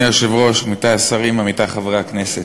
אדוני היושב-ראש, עמיתי השרים, עמיתי חברי הכנסת,